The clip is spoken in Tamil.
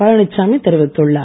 பழனிச்சாமி தெரிவித்துள்ளார்